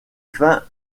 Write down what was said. fin